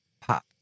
pop